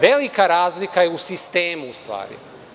Velika razlika je u sistemu u stvari.